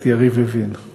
בשולחן הממשלה.